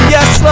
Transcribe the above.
Yes